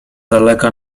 daleka